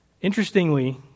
Interestingly